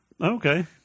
Okay